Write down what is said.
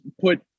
put